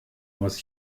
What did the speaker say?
aus